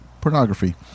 pornography